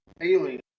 alien